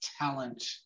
talent